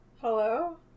hello